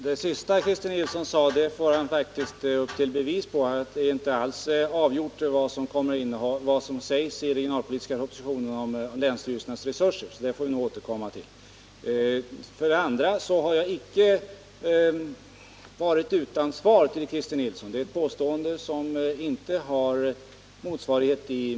Herr talman! Upp till bevis, Christer Nilsson, för att det sista är sant! Det är inte alls avgjort vad som kommer att sägas om länsstyrelsernas resurser i den regionalpolitiska propositionen! Det får vi nog återkomma till. Jag har icke underlåtit att lämna Christer Nilsson svar. Det påståendet är felaktigt.